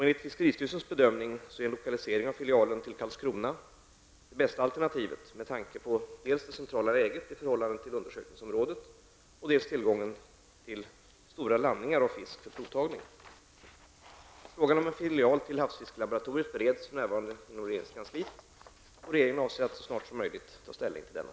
Enligt fiskeristyrelsens bedömning är en lokalisering av filialen till Karlskrona det bästa alternativet med tanke på dels det centrala läget i förhållande till undersökningsområdet, dels tillgången till stora landningar av fisk för provtagning. Frågan om en filial till havsfiskelaboratoriet bereds för närvarande inom regeringskansliet, och regeringen avser att så snart som möjligt ta ställning till denna.